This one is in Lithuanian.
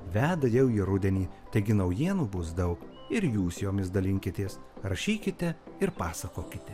veda jau į rudenį taigi naujienų bus daug ir jūs jomis dalinkitės rašykite ir pasakokite